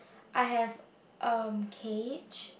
I have a cage